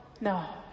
No